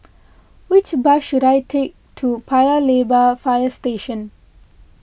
which bus should I take to Paya Lebar Fire Station